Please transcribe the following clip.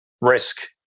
risk